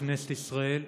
בכנסת ישראל,